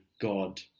God